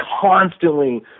constantly